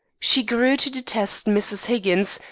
she grew to detest mrs. higgins,